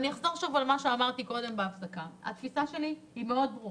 אחזור שוב, התפיסה שלי ברורה,